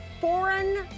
foreign